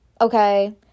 okay